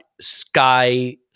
Sky